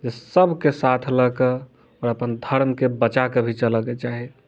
सबके साथ लए कऽ आओर अपन धर्म के बचा कऽ भी चलए के चाही